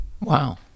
Wow